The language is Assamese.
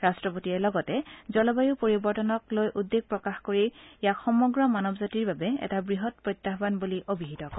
ৰাট্টপতিয়ে লগতে জলবায়ু পৰিবৰ্তনক লৈ উদ্বেগ প্ৰকাশ কৰি ইয়াক সমগ্ৰ মানৱ জাতিৰ বাবে এটা বৃহৎ প্ৰত্যাহ্বান বুলি অভিহিত কৰে